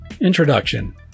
Introduction